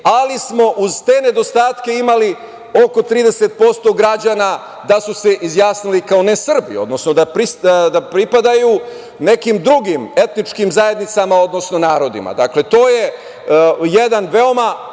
ali smo uz te nedostatke imali oko 30% građana da su se izjasnili kao ne Srbi, odnosno da pripadaju nekim drugim etničkim zajednicama, odnosno narodima. Dakle, to je jedan veoma